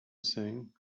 sing